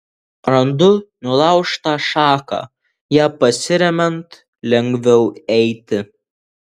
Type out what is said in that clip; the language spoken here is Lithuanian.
randu nulaužtą šaką ja pasiremiant lengviau eiti